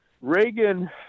Reagan